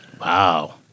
Wow